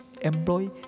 employ